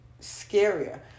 scarier